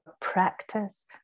practice